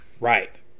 Right